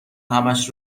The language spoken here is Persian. همش